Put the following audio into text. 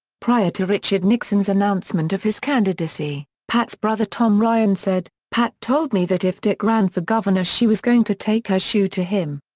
prior to richard nixon's announcement of his candidacy, pat's brother tom ryan said, pat told me that if dick ran for governor she was going to take her shoe to him.